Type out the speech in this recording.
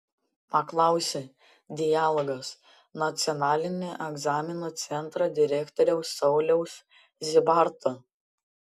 paklausė dialogas nacionalinio egzaminų centro direktoriaus sauliaus zybarto